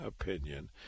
opinion